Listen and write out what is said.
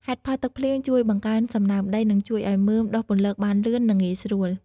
ហេតុផល ទឹកភ្លៀងជួយបង្កើនសំណើមដី និងជួយឱ្យមើមដុះពន្លកបានលឿននិងងាយស្រួល។